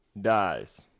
dies